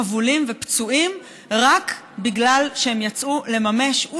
חבולים ופצועים רק בגלל שהם יצאו לממש את